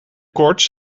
koorts